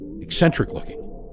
Eccentric-looking